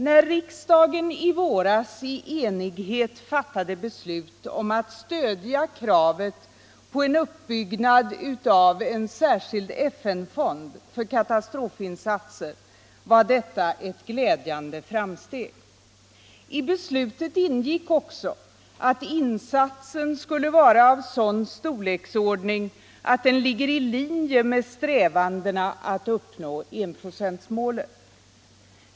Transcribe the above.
När riksdagen i våras i enighet fattade beslut om att stödja kravet på en uppbyggnad av en särskild FN-fond för katastrofinsatser var detta ett glädjande framsteg. I beslutet ingick också att insatsen skulle vara Nr 142 av sådan storleksordning att den ligger i linje med strävandena att uppnå Torsdagen den enprocentsmålet.